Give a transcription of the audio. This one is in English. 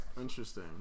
interesting